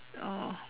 oh